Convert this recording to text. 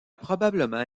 probablement